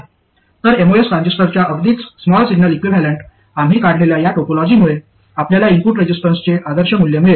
तर एमओएस ट्रान्झिस्टरच्या अगदीच स्मॉल सिग्नल इक्विव्हॅलेंट आम्ही काढलेल्या या टोपोलॉजीमुळे आपल्याला इनपुट रेसिस्टन्सचे आदर्श मूल्य मिळेल